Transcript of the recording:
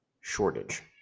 shortage